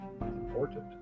Important